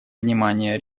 внимание